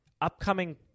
upcoming